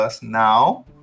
now